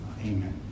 Amen